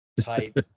type